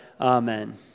Amen